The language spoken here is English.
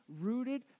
rooted